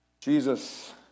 Jesus